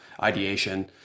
ideation